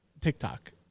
TikTok